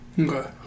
Okay